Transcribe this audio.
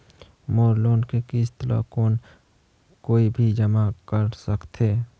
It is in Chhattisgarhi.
मोर लोन के किस्त ल कौन कोई भी जमा कर सकथे?